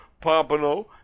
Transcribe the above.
Pompano